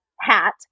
hat